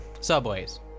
Subways